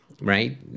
right